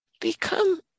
become